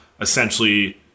essentially